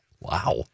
Wow